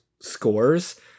scores